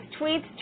tweets